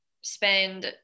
spend